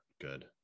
good